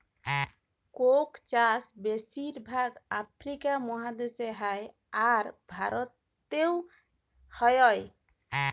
Coke চাষ বেশির ভাগ আফ্রিকা মহাদেশে হ্যয়, আর ভারতেও হ্য়য়